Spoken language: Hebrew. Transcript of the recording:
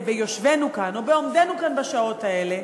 ביושבנו כאן או בעומדנו כאן בשעות האלה,